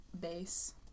bass